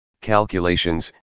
calculations